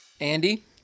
Andy